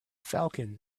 falcon